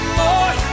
more